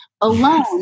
alone